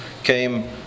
came